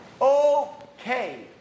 Okay